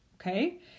Okay